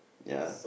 ya